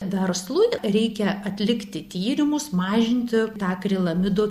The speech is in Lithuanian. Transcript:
verslui reikia atlikti tyrimus mažinti tą akrilamido